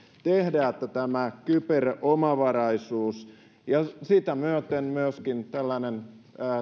että kyber omavaraisuus ja sitä myöten myöskin